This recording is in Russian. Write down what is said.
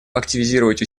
активизировать